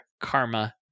karma